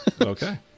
Okay